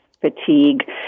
fatigue